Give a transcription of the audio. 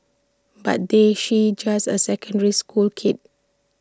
but they she's just A secondary school kid